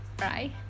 right